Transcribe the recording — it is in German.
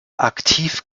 aktiv